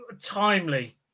timely